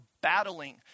battling